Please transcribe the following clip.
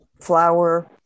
flour